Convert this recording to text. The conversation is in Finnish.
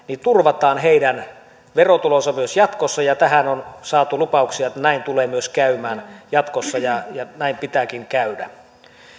turvataan heidän verotulonsa myös jatkossa tähän on saatu lupauksia että näin tulee myös käymään jatkossa ja näin pitääkin käydä